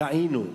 טעינו,